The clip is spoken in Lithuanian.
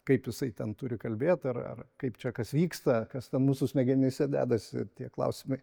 kaip jisai ten turi kalbėt ar ar kaip čia kas vyksta kas ten mūsų smegenyse dedasi tie klausimai